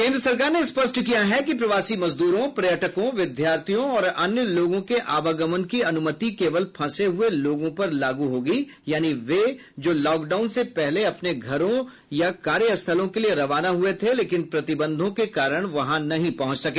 केन्द्र सरकार ने स्पष्ट किया है कि प्रवासी मजदूरों पर्यटकों विद्यार्थियों और अन्य लोगों के आवागमन की अनुमति केवल फंसे हुए लोगों पर लागू होगी यानी वे जो लॉकडाउन से पहले अपने घरों या कार्यस्थलों के लिए रवाना हुए थे लेकिन प्रतिबंधों के कारण वहां नहीं पहुंच सके